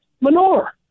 manure